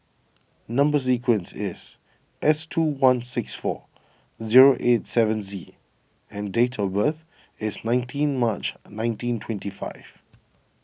Number Sequence is S two one six four zero eight seven Z and date of birth is nineteen March nineteen twenty five